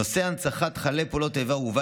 נושא הנצחת חללי פעולות האיבה הובא